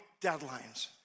deadlines